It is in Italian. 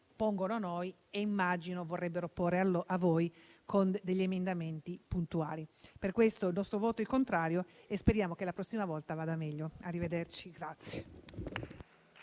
pongono a noi e immagino vorrebbero porre a voi, con emendamenti puntuali. Per questo il nostro voto è contrario e speriamo che la prossima volta vada meglio.